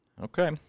Okay